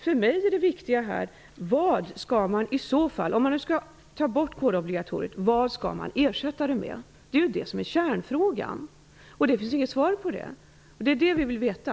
För mig är det viktiga vad man skall ersätta kårobligatoriet med, om man nu skall ta bort det. Det är ju kärnfrågan, men det finns inget svar på den. Det vill vi ha.